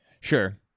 Sure